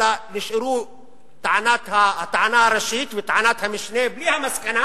אלא נשארו הטענה הראשית וטענת המשנה בלי המסקנה: